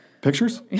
Pictures